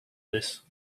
this